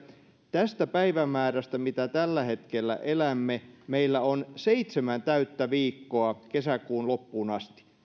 tästä päivämäärästä mitä tällä hetkellä elämme meillä on seitsemän täyttä viikkoa kesäkuun loppuun asti